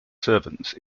servants